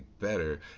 better